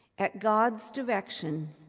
at god's direction,